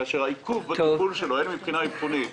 כאשר העיכוב באבחון שלו הן מבחינה אבחונית,